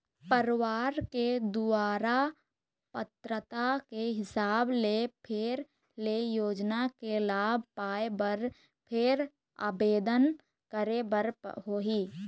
परवार के दुवारा पात्रता के हिसाब ले फेर ले योजना के लाभ पाए बर फेर आबेदन करे बर होही